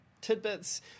Tidbits